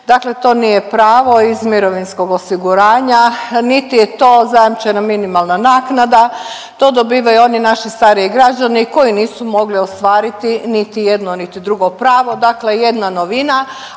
dakle to nije pravo iz mirovinskog osiguranja, niti je to zajamčena minimalna naknada. To dobivaju oni naši stariji građani koji nisu mogli ostvariti niti jedno, niti drugo pravo, dakle jedna novina,